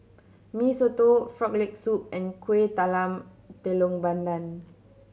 Mee Soto Frog Leg Soup and Kuih Talam Tepong Pandan